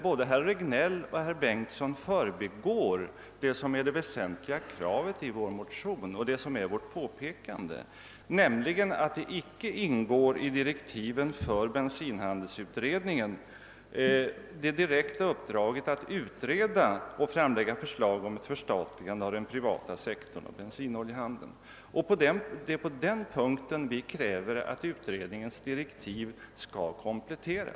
Både herr Regnéll och herr Bengtsson förbigår den väsentligaste punkten i vår motion, nämligen påpekandet att bensinhandelsutredningen i sina direktiv icke har fått något direkt uppdrag att utreda och framlägga förslag om ett förstatligande av den privata sektorn av bensinoch oljehandeln. Det är på den punkten som vi kräver att utredningens direktiv skall kompletteras.